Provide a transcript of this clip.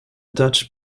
dutch